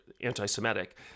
anti-Semitic